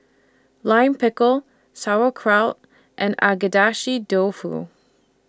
Lime Pickle Sauerkraut and Agedashi Dofu